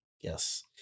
Yes